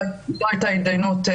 לא, לא היתה התדיינות.